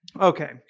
Okay